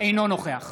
אינו נוכח